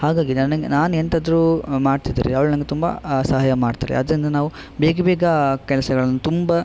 ಹಾಗಾಗಿ ನನಗೆ ನಾನು ಎಂತಾದ್ರು ಮಾಡ್ತಿದ್ರೆ ಅವಳು ನನಗೆ ತುಂಬಾ ಸಹಾಯ ಮಾಡ್ತಾರೆ ಅದರಿಂದ ನಾವು ಬೇಗ ಬೇಗ ಕೆಲಸಗಳನ್ನು ತುಂಬ